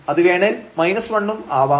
അത് വേണേൽ 1ഉം ആവാം